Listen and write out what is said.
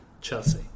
Chelsea